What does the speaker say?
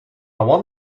want